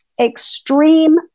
extreme